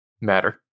matter